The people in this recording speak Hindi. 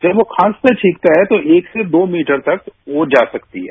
जब हम खांसते छिकते हैं तो एक से दो मीटर तक वो जा सकती है